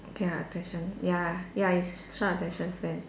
ya attention ya ya it's short attention span